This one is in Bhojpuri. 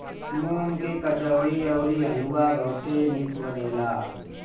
मूंग के कचौड़ी अउरी हलुआ बहुते निक बनेला